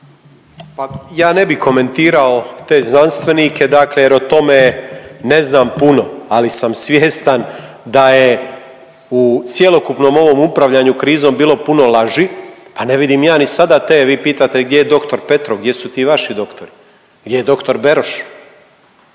Pa ja ne bih komentirao te znanstvenike, dakle jer o tome ne znam puno. Ali sam svjestan da je u cjelokupnom ovom upravljanju krizom bilo puno laži. Pa ne vidim ja ni sada te, vi pitate gdje je doktor Petrov? Gdje su ti vaši doktori? Gdje je doktor Beroš?